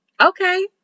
okay